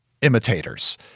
imitators